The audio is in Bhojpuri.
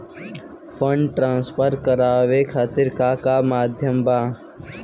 फंड ट्रांसफर करवाये खातीर का का माध्यम बा?